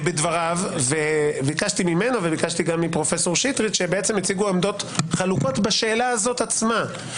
ביקשתי ממנו ומפרופ' שטרית שהציגו עמדות הפוכות בשאלה הזאת עצמה.